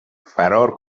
فرار